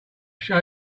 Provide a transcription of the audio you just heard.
show